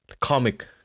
comic